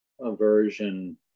aversion